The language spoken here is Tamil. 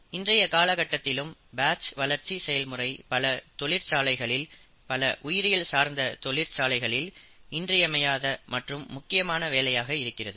இன்றைய காலகட்டத்திலும் பேட்ச் வளர்ச்சி செயல்முறை பல தொழிற்சாலைகளில் பல உயிரியல் சார்ந்த தொழிற்சாலைகளில் இன்றியமையாத மற்றும் முக்கியமான வேலையாக இருக்கிறது